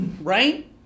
Right